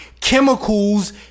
chemicals